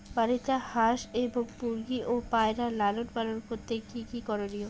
বাড়িতে হাঁস এবং মুরগি ও পায়রা লালন পালন করতে কী কী করণীয়?